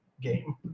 game